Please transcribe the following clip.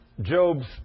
Job's